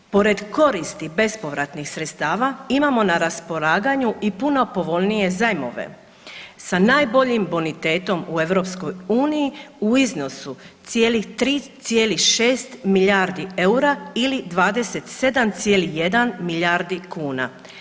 Pored koristi bespovratnih sredstava imamo na raspolaganju i puno povoljnije zajmove sa najboljim bonitetom u EU u iznosu cijelih 3,6 milijardi eura ili 27,1 milijardi kuna.